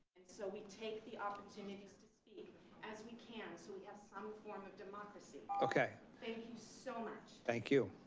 so we take the opportunity to speak as we can, so we have some form of democracy. okay. thank you so much. thank you.